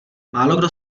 málokdo